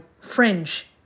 fringe